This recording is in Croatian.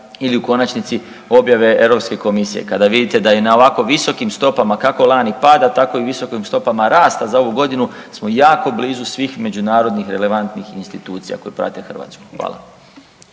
ili u konačnici objave Europske komisije. Kada vidite da je na ovako visokim stopama, kako lani pada tako i visokim stopama rasta za ovu godinu smo jako blizu svih međunarodnih relevantnih institucija koje prate Hrvatsku. Hvala.